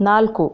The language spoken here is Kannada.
ನಾಲ್ಕು